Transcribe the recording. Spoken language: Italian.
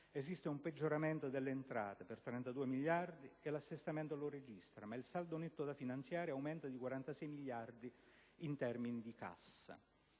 esiste un peggioramento delle entrate per 32 miliardi che l'assestamento registra; il saldo netto da finanziare, però, aumenta di 46 miliardi in termini di cassa.